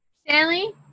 Stanley